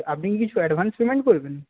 আপনি কি কিছু অ্যাডভান্স পেমেন্ট করবেন